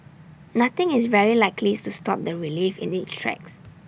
nothing is very likely to stop the relief in its tracks